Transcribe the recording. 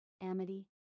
Amity